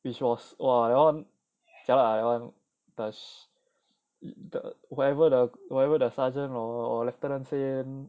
which was !wah! that one jialat ah that one the whatever the sergeant or lieutenant say